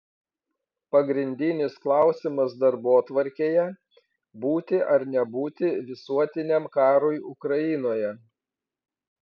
pagrindinis klausimas darbotvarkėje būti ar nebūti visuotiniam karui ukrainoje